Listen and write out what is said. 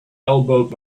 elbowed